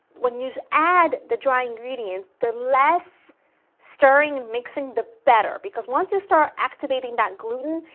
when you add the dry ingredients, the less stirring and mixing the better. because once you start activating that gluten,